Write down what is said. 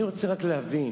אני רוצה להבין,